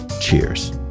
Cheers